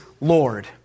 Lord